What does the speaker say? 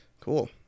Cool